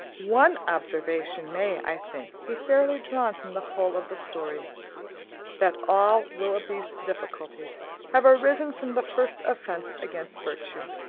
one observation may, i think, be fairly drawn from the whole of the story that all willoughby's difficulties have arisen from the first offence against virtue,